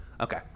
Okay